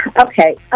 Okay